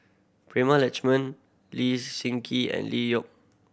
Prema Letchumanan Lee Seng Gee and Lee Yock